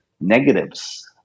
negatives